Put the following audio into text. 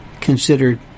considered